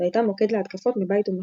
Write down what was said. והייתה מוקד להתקפות מבית ומחוץ,